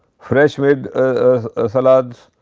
fresh made a salads,